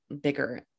bigger